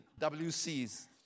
WCs